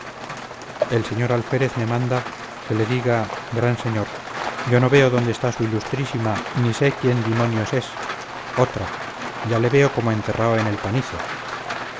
el señor alférez me manda que le diga gran señor yo no veo dónde está su ilustrísima ni sé quién dimonios es otra ya le veo como enterrao en el panizo